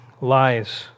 lies